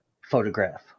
photograph